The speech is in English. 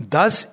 Thus